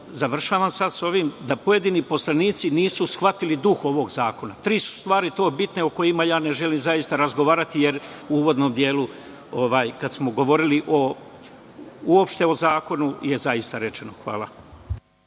mi je da pojedini poslanici nisu shvatili duh ovog zakona. Tri su stvari bitne o kojim ne želim razgovarati, jer u uvodnom delu, kada smo govorili uopšte o zakonu, je zaista rečeno. Hvala.